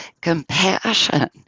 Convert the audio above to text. compassion